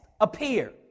appear